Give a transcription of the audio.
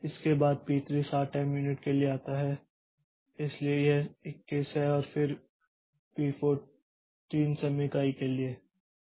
इसके बाद P3 7 time unit के लिए आता है इसलिए यह 21 है और फिर P4 3 समय इकाई के लिए है